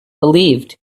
believed